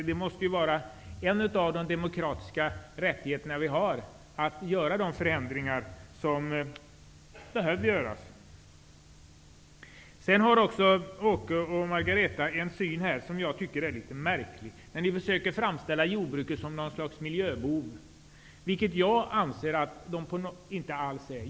Det måste vara en av våra demokratiska rättigheter att göra de förändringar som behöver göras. Åke Selberg och Margareta Winberg har en syn som jag tycker är litet märklig. De försöker nämligen framställa jordbruket som något slags miljöbov, vilket jag anser inte är fallet.